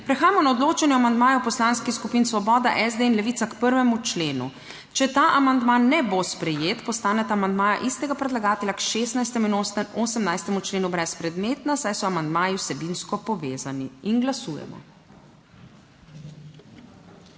Prehajamo na odločanje o amandmaju Poslanskih skupin Svoboda, SD in Levica k 1. členu. Če ta amandma ne bo sprejet, postaneta amandmaja istega predlagatelja k 16. in 18. členu brezpredmetna, saj so amandmaji vsebinsko povezani. In glasujemo.